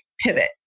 pivot